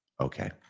Okay